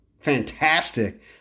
fantastic